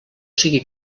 sigui